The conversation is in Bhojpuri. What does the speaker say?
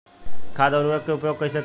खाद व उर्वरक के उपयोग कइसे करी?